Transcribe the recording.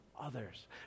others